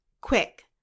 quick